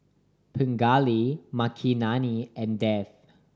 Pingali Makineni and Dev